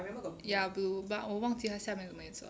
ya blue but 我忘记他下面什么颜色